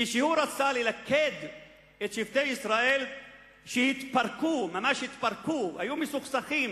כשהוא רצה ללכד את שבטי ישראל שהתפרקו והיו מסוכסכים